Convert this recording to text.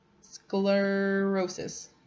sclerosis